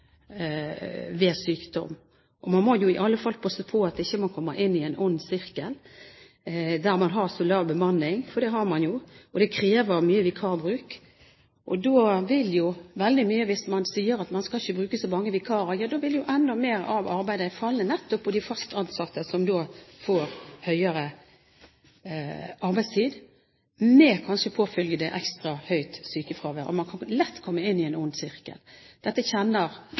ved sykdom. Man må i alle fall passe på at man ikke kommer inn i en ond sirkel, med lav bemanning – det har man jo – og det krever mye vikarbruk. Og hvis man sier at man ikke skal bruke så mange vikarer, vil jo enda mer av arbeidet falle nettopp på de fast ansatte, som får lengre arbeidstid – kanskje med påfølgende ekstra høyt sykefravær. Man kan lett komme inn i en ond sirkel. Dette